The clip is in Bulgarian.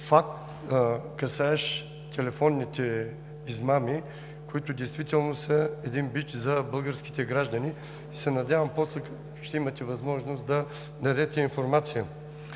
касаещ телефонните измами, които действително са бич за българските граждани, и се надявам после да имате възможност да дадете информация.